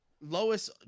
Lois